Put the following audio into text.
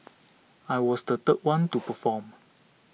I was the third one to perform